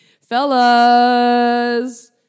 Fellas